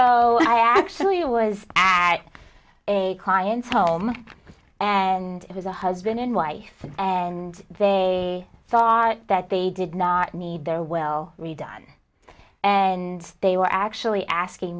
i actually was at a client's home and it was a husband and wife and they thought that they did not need their well redone and they were actually asking